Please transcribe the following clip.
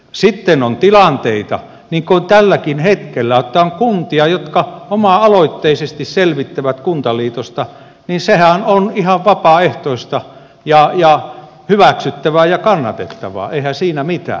sitten kun on tilanteita niin kuin on tälläkin hetkellä että on kuntia jotka oma aloitteisesti selvittävät kuntaliitosta niin sehän on ihan vapaaehtoista ja hyväksyttävää ja kannatettavaa eihän siinä mitään